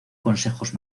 consejos